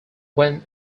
when